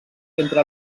entre